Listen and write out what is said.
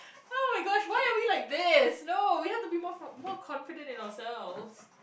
oh my gosh why will you like this no you have to be more more confident in ourselves